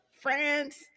France